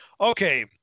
Okay